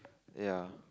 ya